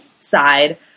side